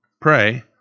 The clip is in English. pray